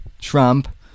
Trump